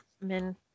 Men